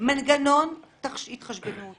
מנגנון התחשבנות